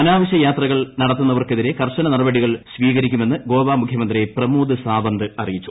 അനാവശ്യ യാത്രകൾ നടത്തുന്നവർക്കെതിരെ കർശന നടപടികൾ സ്വീകരിക്കുമെന്ന് ഗോവ മുഖ്യമന്ത്രി പ്രമോദ് സാവന്ത് അറിയിച്ചു